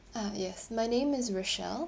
uh yes my name is rochelle